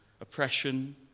Oppression